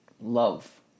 love